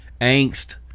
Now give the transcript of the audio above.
angst